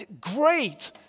Great